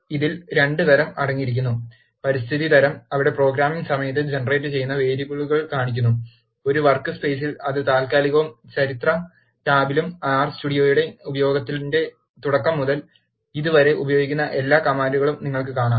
ഇതിൽ 2 തരം അടങ്ങിയിരിക്കുന്നു പരിസ്ഥിതി തരം അവിടെ പ്രോഗ്രാമിംഗ് സമയത്ത് ജനറേറ്റുചെയ്യുന്ന വേരിയബിളുകൾ കാണിക്കുന്നു ഒരു വർക്ക് സ് പെയ് സിൽ അത് താൽക്കാലികവും ചരിത്ര ടാബിലും ആർ സ്റ്റുഡിയോയുടെ ഉപയോഗത്തിന്റെ തുടക്കം മുതൽ ഇതുവരെ ഉപയോഗിക്കുന്ന എല്ലാ കമാൻഡുകളും നിങ്ങൾ കാണും